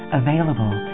available